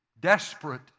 Desperate